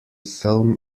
film